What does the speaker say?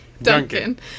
Duncan